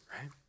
right